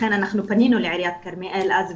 לכן אנחנו פנינו לעיריית כרמיאל אז,